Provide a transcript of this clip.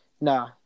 nah